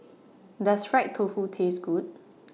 Does Fried Tofu Taste Good